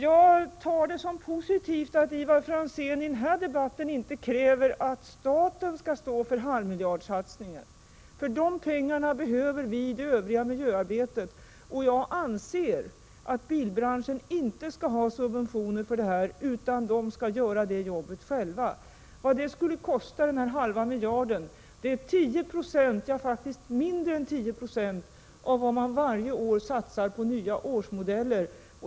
Jag tar det som positivt att Ivar Franzén i denna debatt inte kräver att staten skall stå för halvmiljardsatsningen. De pengarna behöver vi i det övriga miljöarbetet. Jag anser vidare att bilbranschen inte skall få subventioner för detta utan skall göra jobbet själv. Denna halvmiljardsatsning skulle faktiskt utgöra mindre än 10 96 av vad bilbranschen varje år satsar på nya modeller.